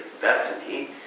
Bethany